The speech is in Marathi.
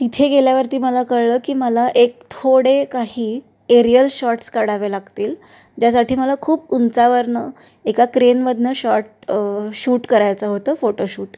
तिथे गेल्यावरती मला कळलं की मला एक थोडे काही एरियल शॉर्ट्स काढावे लागतील ज्यासाठी मला खूप उंचावरून एका क्रेनमधून शॉर्ट शूट करायचं होतं फोटोशूट